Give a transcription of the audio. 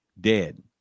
Dead